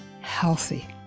healthy